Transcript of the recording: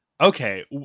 Okay